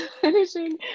finishing